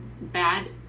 bad